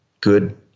good